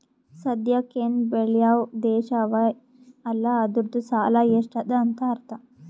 ಸದ್ಯಾಕ್ ಎನ್ ಬೇಳ್ಯವ್ ದೇಶ್ ಅವಾ ಅಲ್ಲ ಅದೂರ್ದು ಸಾಲಾ ಎಷ್ಟ ಅದಾ ಅಂತ್ ಅರ್ಥಾ